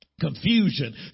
confusion